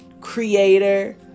creator